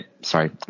sorry